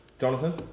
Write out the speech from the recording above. Jonathan